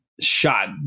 shot